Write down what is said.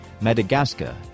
Madagascar